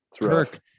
Kirk